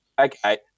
Okay